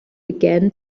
began